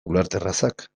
ulerterrazak